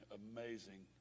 amazing